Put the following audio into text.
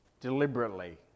deliberately